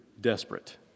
desperate